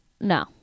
No